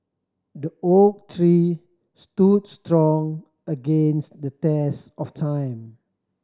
the oak tree stood strong against the test of time